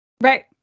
Right